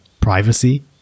privacy